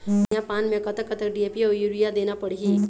धनिया पान मे कतक कतक डी.ए.पी अऊ यूरिया देना पड़ही?